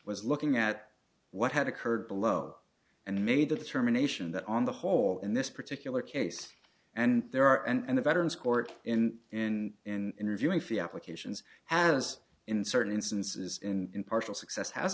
was looking at what had occurred below and made the determination that on the whole in this particular case and there and the veterans court in in in interviewing fee applications has in certain instances in partial success has